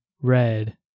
red